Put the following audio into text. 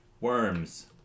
worms